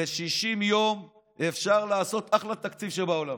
ב-60 יום אפשר לעשות אחלה תקציב שבעולם,